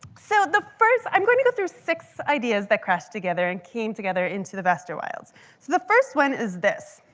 so the first i'm going to go through six ideas that crashed together and came together into the vaster wilds. so the first one is this.